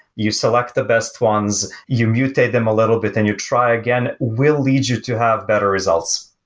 you select the best ones, you mutate them a little bit and you try again will lead you to have better results.